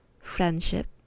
friendship